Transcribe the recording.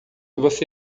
você